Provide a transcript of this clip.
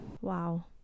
Wow